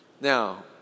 Now